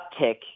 uptick